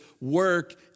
work